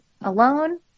alone